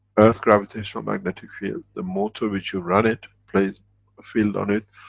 earth gravitational-magnetic field, the motor with you run it, plays a field on it,